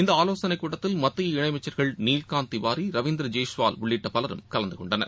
இந்த ஆலோசனை கூட்டத்தில் மத்திய இணை அமைச்சர்கள் நீல்காந்த் திவாரி ரவீந்திர ஜெய்ஸ்வால் உள்ளிட்ட பலரும் கலந்து கொண்டனர்